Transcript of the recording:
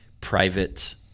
private